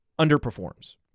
underperforms